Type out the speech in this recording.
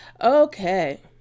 Okay